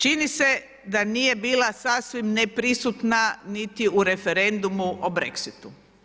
Čini se da nije bila sasvim neprisutna niti u referendumu o Brexitu.